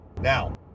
Now